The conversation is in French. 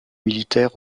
militaire